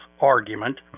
argument